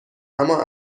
اما